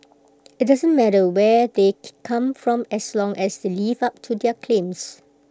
IT doesn't matter where they come from as long as they live up to their claims